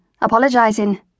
apologising